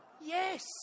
Yes